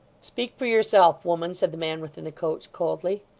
speak for yourself, woman said the man within the coach, coldly.